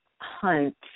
Hunt